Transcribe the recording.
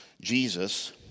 Jesus